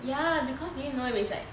ya because you need know it's like